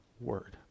word